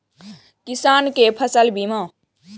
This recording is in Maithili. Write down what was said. किसान कै फसल बीमा?